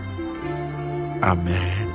Amen